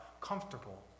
comfortable